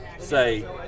say